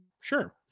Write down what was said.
sure